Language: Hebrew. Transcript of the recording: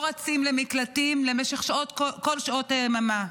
או רצים למקלטים למשך כל שעות היממה.